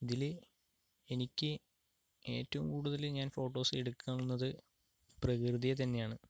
ഇതിൽ എനിക്ക് ഏറ്റവും കൂടുതൽ ഞാൻ ഫോട്ടോസ് എടുക്കാറുള്ളത് പ്രകൃതിയെത്തന്നെ ആണ്